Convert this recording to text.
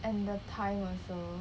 and the time also